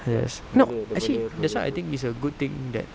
yes no actually that's why I think it's a good thing that